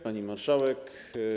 Pani Marszałek!